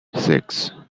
six